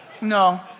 No